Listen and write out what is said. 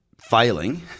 failing